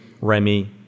remy